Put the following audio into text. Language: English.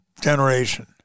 generation